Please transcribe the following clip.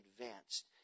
advanced